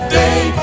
day